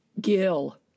Gil